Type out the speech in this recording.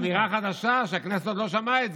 זאת אמירה חדשה, שהכנסת עוד לא שמעה.